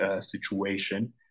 situation